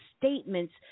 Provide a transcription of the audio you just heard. statements